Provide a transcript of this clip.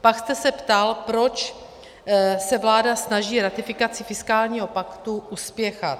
Pak jste se ptal, proč se vláda snaží ratifikaci fiskálního paktu uspěchat.